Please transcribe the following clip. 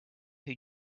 who